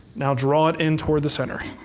now draw it in toward the center.